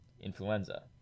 Influenza